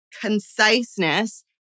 conciseness